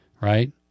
right